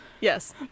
Yes